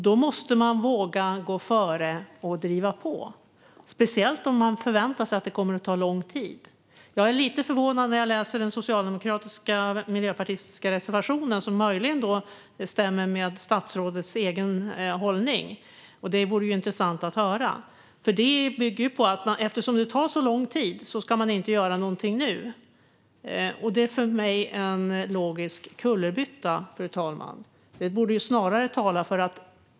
Då måste man våga gå före och driva på, speciellt om man förväntar sig att det kommer att ta lång tid. Jag blir lite förvånad när jag läser den socialdemokratiska och miljöpartistiska reservationen, som möjligen stämmer med statsrådets egen hållning - det vore intressant att höra. Den bygger på att eftersom det tar så lång tid ska man inte göra någonting nu. För mig är det en logisk kullerbytta, fru talman.